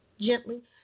gently